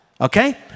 Okay